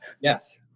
Yes